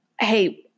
hey